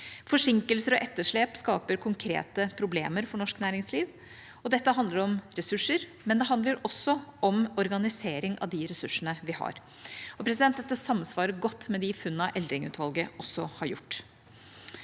Forsinkelser og etterslep skaper konkrete problemer for norsk næringsliv. Dette handler om ressurser, men det handler også om organisering av de ressursene vi har. Dette samsvarer godt med de funnene Eldring-utvalget har gjort.